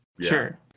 Sure